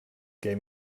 gave